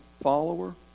follower